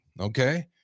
okay